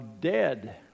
dead